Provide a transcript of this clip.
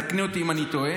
תקני אותי אם אני טועה,